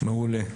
מעולה.